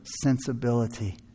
sensibility